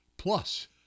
Plus